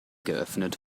geöffnet